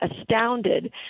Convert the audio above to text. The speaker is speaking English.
astounded